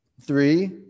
Three